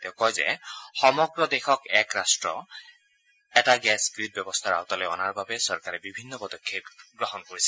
তেওঁ কয় যে সমগ্ৰ দেশক এখন ৰাট্ট এটা গেচ গ্ৰীড ব্যৱস্থাৰ আওঁতালৈ অনাৰ বাবে চৰকাৰে বিভিন্ন পদক্ষেপ গ্ৰহণ কৰিছে